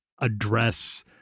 address